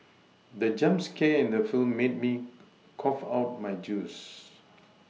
the jump scare in the film made me cough out my juice